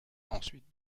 ensuite